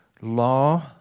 law